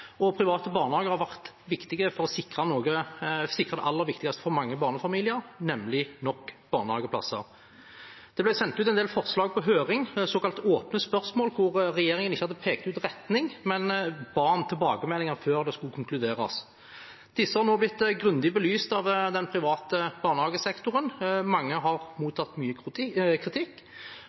og velferdsreform, og private barnehager har vært viktig for å sikre det aller viktigste for mange barnefamilier, nemlig nok barnehageplasser. Det ble sendt ut en del forslag på høring, såkalt åpne spørsmål, hvor regjeringen ikke hadde pekt ut retning, men ba om tilbakemeldinger før det skulle konkluderes. Disse har nå blitt grundig belyst av den private barnehagesektoren. Mange har mottatt mye kritikk.